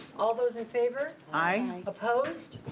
all those in favor? aye. opposed?